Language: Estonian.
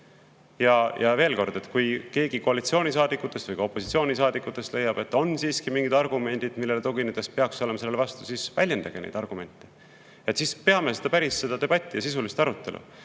Veel kord, kui keegi koalitsioonisaadikutest või ka opositsioonisaadikutest leiab, et on siiski mingid argumendid, millele tuginedes peaks olema selle vastu, siis väljendage neid argumente, peame siis päris debatti ja sisulist arutelu.